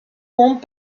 compte